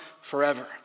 forever